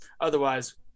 otherwise